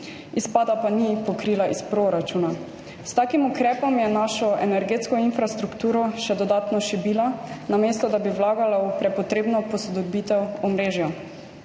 izpada pa ni pokrila iz proračuna. S takim ukrepom je našo energetsko infrastrukturo še dodatno šibila, namesto da bi vlagala v prepotrebno posodobitev omrežja.